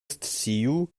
sciu